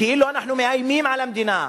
כאילו אנחנו מאיימים על המדינה,